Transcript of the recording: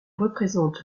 représente